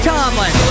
Tomlin